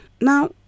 Now